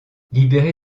libéré